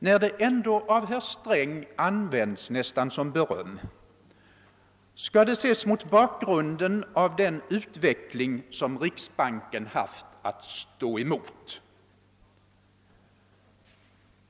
När det ändå av herr Sträng används nästan som beröm skall detta ses mot bakgrunden av den utveckling som riksbanken haft att stå emot.